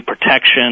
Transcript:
protection